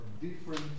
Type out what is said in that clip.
different